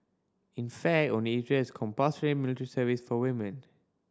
in fact only Israel has compulsory military service for women